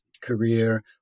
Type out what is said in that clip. career